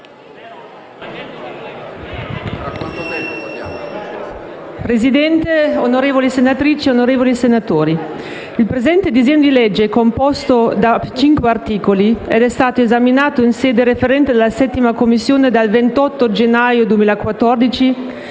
Presidente, onorevoli senatrici e senatori, il presente disegno di legge è composto da cinque articoli ed è stato esaminato in sede referente dalla 7a Commissione dal 28 gennaio 2014